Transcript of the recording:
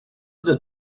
that